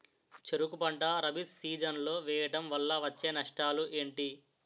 చెరుకు పంట రబీ సీజన్ లో వేయటం వల్ల వచ్చే నష్టాలు ఏంటి?